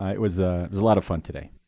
it was a lot of fun today.